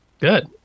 good